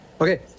Okay